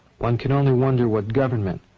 one can only wonder what government,